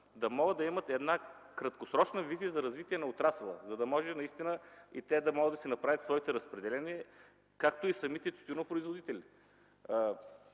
да могат да имат една краткосрочна визия за развитие на отрасъла, за да може наистина те да си направят своите разпределения, както и самите тютюнопроизводители.